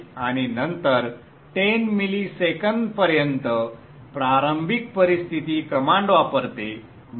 आणि नंतर 10 मिलीसेकंद पर्यंत प्रारंभिक परिस्थिती कमांड वापरते